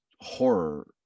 horror